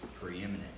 preeminent